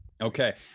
Okay